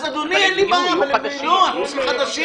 אדוני, עושים חדשים.